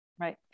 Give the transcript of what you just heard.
Right